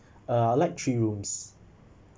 uh I like three rooms